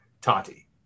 Tati